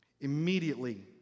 Immediately